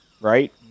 right